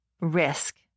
risk